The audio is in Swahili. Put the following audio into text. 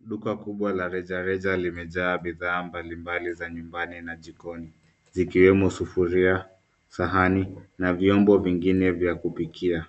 Duka kubwa la rejareja limejaa bidhaa mbali mbali za nyumbani na jikoni zikiwemo sufuria, sahani na vyombo vingine vya kupikia,